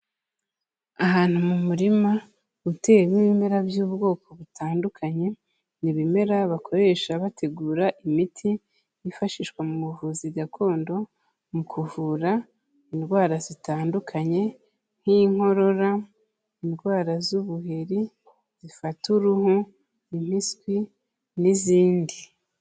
Ahantu mu murima utewemo ibimera by'ubwoko butandukanye, ni ibimera bakoresha bategura imiti yifashishwa mu buvuzi gakondo mu kuvura indwara zitandukanye nk'inkorora, indwara z'ubuheri zifata uruhu, impiswi n'izindi.